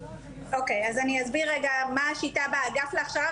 אז אני אסביר רגע מה השיטה באגף להכשרה.